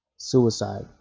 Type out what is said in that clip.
Suicide